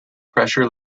pressure